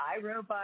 iRobot